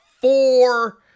four